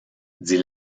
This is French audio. dit